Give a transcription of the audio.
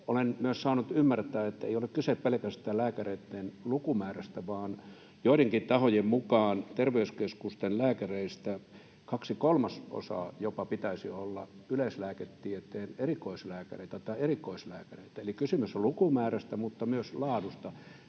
Olen myös saanut ymmärtää, ettei ole kyse pelkästään lääkäreitten lukumäärästä, vaan joidenkin tahojen mukaan terveyskeskusten lääkäreistä jopa kaksi kolmasosaa pitäisi olla yleislääketieteen erikoislääkäreitä tai erikoislääkärieitä. Eli kysymys on lukumäärästä, mutta myös laadusta.